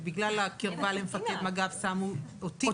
ובגלל הקרבה למפקד מג"ב שמו אותי בתפקיד.